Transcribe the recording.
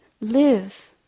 live